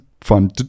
fun